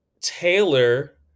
Taylor